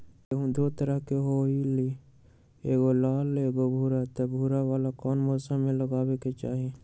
गेंहू दो तरह के होअ ली एगो लाल एगो भूरा त भूरा वाला कौन मौसम मे लगाबे के चाहि?